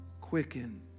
quicken